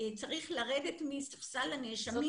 שצריך לרדת מספסל הנאשמים.